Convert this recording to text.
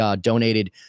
donated